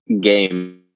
game